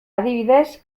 adibidez